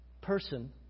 person